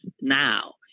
now